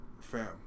fam